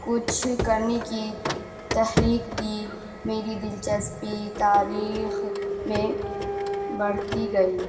کچھ کرنے کی تحریک دی میری دلچسپی تاریخ میں بڑھتی گئی